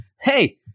hey